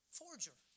forger